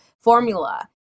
formula